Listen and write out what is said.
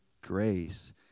grace